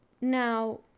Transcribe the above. Now